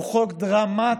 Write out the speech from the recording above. הוא חוק דרמטי